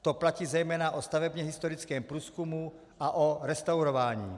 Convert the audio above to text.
To platí zejména o stavebně historickém průzkumu a o restaurování.